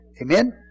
Amen